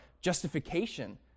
justification